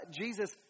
Jesus